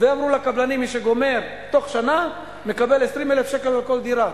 ואמרו לקבלנים: מי שגומר תוך שנה מקבל 20,000 שקל על כל דירה.